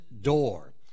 door